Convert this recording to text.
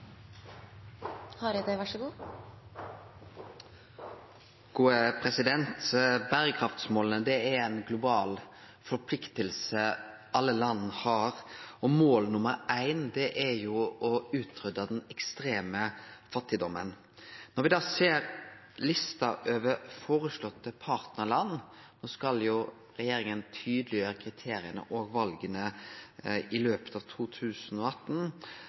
har, og mål nr. éin er å utrydde den ekstreme fattigdomen. Når me ser regjeringas lista over føreslåtte partnarland – regjeringa skal tydeleggjere kriteria og vala i løpet av 2018